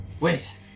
Wait